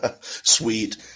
Sweet